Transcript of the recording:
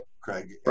Craig